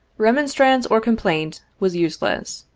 remonstrance or complaint was useless.